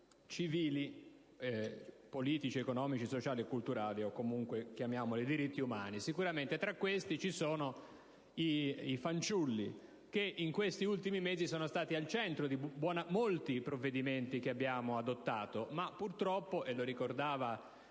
civili, politici, economici, sociali, culturali, o comunque dei diritti umani. Sicuramente, tra questi ci sono i fanciulli, che in questi ultimi mesi sono stati al centro di molti provvedimenti che abbiamo adottato, ma purtroppo - lo ricordava